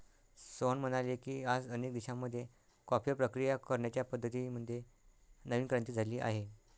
सोहन म्हणाले की, आज अनेक देशांमध्ये कॉफीवर प्रक्रिया करण्याच्या पद्धतीं मध्ये नवीन क्रांती झाली आहे